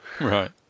Right